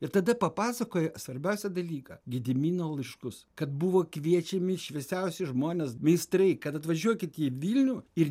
ir tada papasakoja svarbiausią dalyką gedimino laiškus kad buvo kviečiami šviesiausi žmonės meistrai kad atvažiuokit į vilnių ir